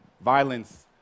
violence